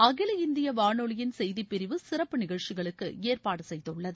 அகில இந்திய வானொலியின் செய்திப்பிரிவு சிறப்பு நிகழ்ச்சிகளுக்கு ஏற்பாடு செய்துள்ளது